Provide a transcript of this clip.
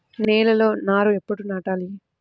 నేలలో నారు ఎప్పుడు నాటాలి?